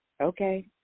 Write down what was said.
Okay